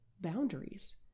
boundaries